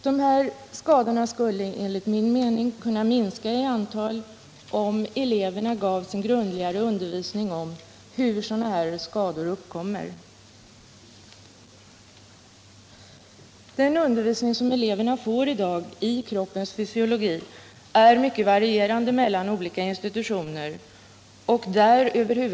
Dessa skador skulle enligt min mening kunna minska i antal, om eleverna gavs en grundlig undervisning i hur sådana skador uppkommer. Den undervisning som eleverna i dag får i kroppens fysiologi varierar mellan olika undervisningsinstitutioner.